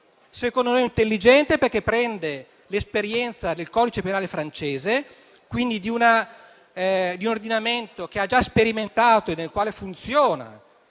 secondo noi intelligente perché prende l'esperienza del codice penale francese, quindi di un ordinamento che ha già sperimentato e nel quale funziona